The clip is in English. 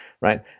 right